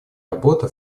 работа